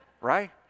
right